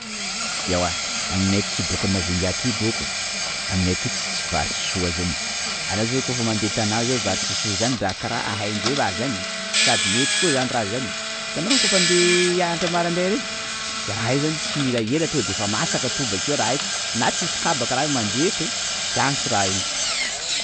Ewa aminay aty boaka Majunga ty môka, aminay aty tsisy vary sosoa zany, anô zô kôfa mandeha tanà zao zany vary sosoa zany raha karaha haindreo raha zany! sady mety koa zany raha zany! itanao kôfa handeha hianatra maraindray reny! i raha io zany tsy mila ela to defa masaka atao bakeo raha iny, na tsisy kabaka mandeha to! tian-s- raha iny.